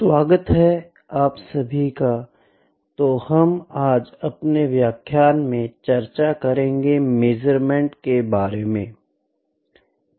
स्वागत है आप सभी का तो हम आज आपने व्याख्यान में चर्चा करेंगे मेज़रमेंट के बारे मे